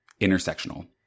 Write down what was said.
intersectional